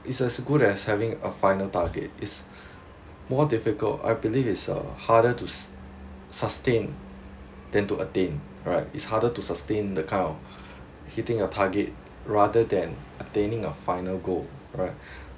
is as good as having a final target is more difficult I believe is uh harder to sus sustain than to attain right is harder to sustain the kind of hitting your target rather than attaining a final goal right